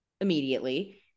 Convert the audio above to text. immediately